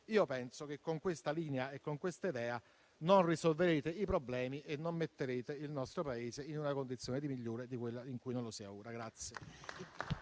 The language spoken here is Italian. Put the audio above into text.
penso che con questa linea e con questa idea non risolverete i problemi e non metterete il nostro Paese in una condizione migliore di quella in cui si trova ora.